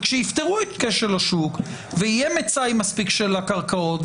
וכשיפתרו את כשל השוק ויהיה מצאי מספיק של הקרקעות,